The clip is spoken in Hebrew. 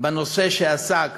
בנושא שעסק